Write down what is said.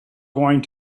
going